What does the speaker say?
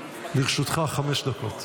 לרשותך חמש דקות.